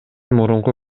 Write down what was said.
мурунку